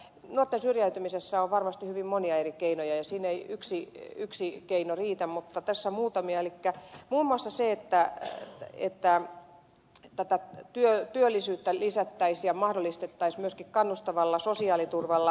nuorten syrjäytymisen ehkäisyssä on varmasti hyvin monia eri keinoja ja siinä ei yksi keino riitä mutta tässä on muutamia muun muassa se että työllisyyttä lisättäisiin ja mahdollistettaisiin myöskin kannustavalla sosiaaliturvalla